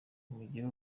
mugire